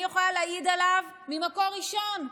אני יכול להעיד עליו ממקור ראשון,